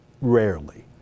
rarely